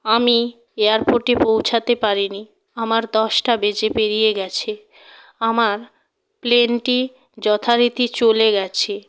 আমি এয়ারপোর্টে পৌঁছাতে পারি নি আমার দশটা বেজে পেরিয়ে গেছে আমার প্লেনটি যথারীতি চলে গেছে